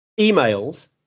emails